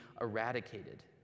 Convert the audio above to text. eradicated